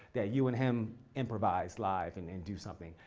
that you and him improvise live and and do something.